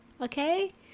okay